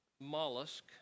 mollusk